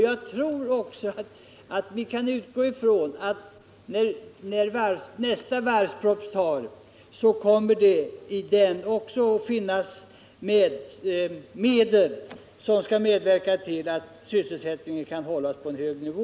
Jag tror dessutom att vi kan utgå från att det i nästa varvsproposition kommer att föreslås medelsanvisningar som syftar till att hålla sysselsättningen på en hög nivå.